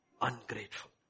ungrateful